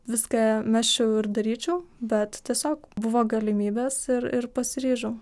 viską mesčiau ir daryčiau bet tiesiog buvo galimybės ir ir pasiryžau